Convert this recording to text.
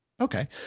Okay